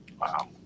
Wow